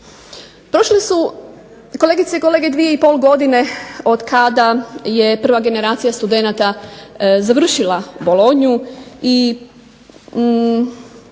Prošle su kolegice i kolege 2,5 godine od kada je prva generacija studenata završila bolonju i